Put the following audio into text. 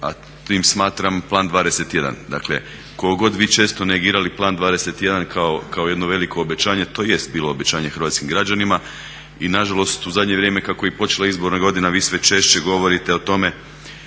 A tim smatram plan 21. Dakle koliko god vi često negirali plan 21. kao jedno veliko obećanje, to jest bilo obećanje hrvatskim građanima. I nažalost u zadnje vrijeme kako je i počela izborna godina vi sve češće govorite o tome